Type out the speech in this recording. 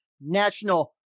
National